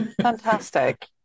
Fantastic